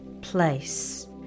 place